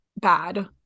bad